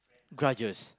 grudges